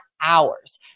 hours